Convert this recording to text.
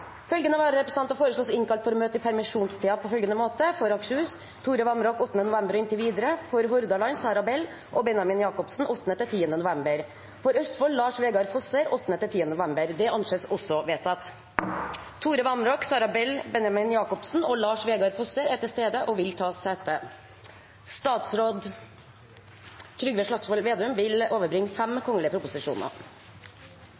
Følgende vararepresentanter innkalles for å møte i permisjonstiden slik: For Akershus: Tore Vamraak 8. november og inntil videre For Hordaland: Sara Bell og Benjamin Jakobsen 8.–10. november For Østfold: Lars Vegard Fosser 8.–10. november Tore Vamraak, Sara Bell, Benjamin Jakobsen og Lars Vegard Fosser er til stede og vil ta sete. Før sakene på dagens kart tas opp til behandling, vil